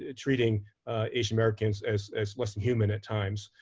ah treating asian-americans as as less than human at times.